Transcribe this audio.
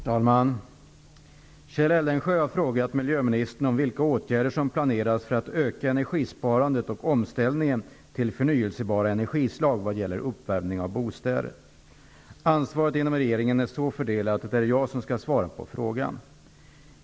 Herr talman! Kjell Eldensjö har frågat miljöministern vilka åtgärder som planeras för att öka energisparandet och omställningen till förnybara energislag vad gäller uppvärmning av bostäder. Ansvaret inom regeringen är så fördelat att det är jag som skall svara på frågan.